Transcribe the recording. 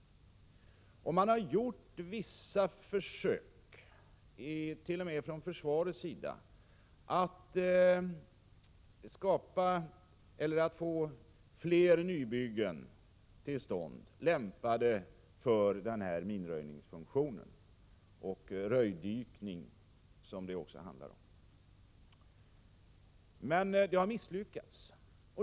Man har gjort vissa försök, t.o.m. från försvarets sida, att få flera nybyggen till stånd, lämpade för denna minröjningsfunktion och även för röjdykning, som det också handlar om. Detta har emellertid misslyckats.